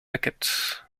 beckett